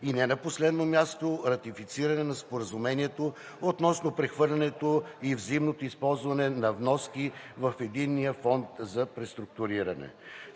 и не на последно място – ратифициране на споразумението относно прехвърлянето и взаимното използване на вноски в Единния фонд за преструктуриране.